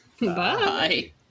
Bye